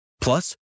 Plus